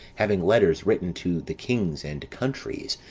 having letters written to the kings, and countries,